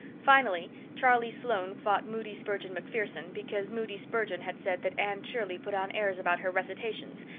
finally, charlie sloane fought moody spurgeon macpherson, because moody spurgeon had said that anne shirley put on airs about her recitations,